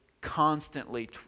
constantly